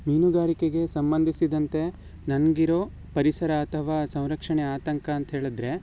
ಮೀನುಗಾರಿಕೆಗೆ ಸಂಬಂಧಿಸಿದಂತೆ ನನ್ಗೆ ಇರೋ ಪರಿಸರ ಅಥವಾ ಸಂರಕ್ಷಣೆ ಆತಂಕ ಅಂತ ಹೇಳಿದ್ರೆ